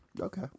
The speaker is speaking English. Okay